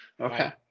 okay